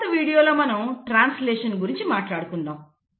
తరువాత వీడియోలో మనం ట్రాన్స్లేషన్ గురించి మాట్లాడుకుందాము